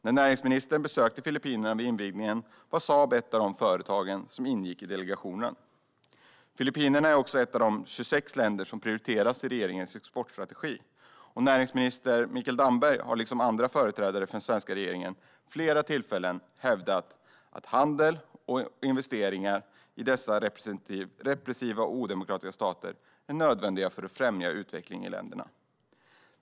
När näringsministern besökte Filippinerna vid invigningen var Saab ett av de företag som ingick i delegationen. Filippinerna är också ett av de 26 länder som prioriteras i regeringens exportstrategi, och näringsminister Mikael Damberg har liksom andra företrädare för den svenska regeringen vid flera tillfällen hävdat att handel med och investeringar i dessa repressiva och odemokratiska stater är nödvändigt för att främja utvecklingen i länderna.